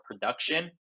production